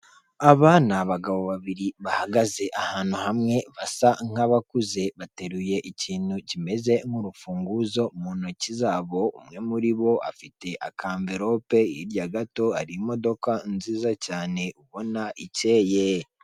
Aba ni abagabo babiri bahagaze ahantu hamwe basa nk'abakuze, bateruye ikintu kimeze nk'urufunguzo mu ntoki zabo, umwe muri bo afite akamverope, hirya gato hari imodoka nziza cyane ubona icyeye.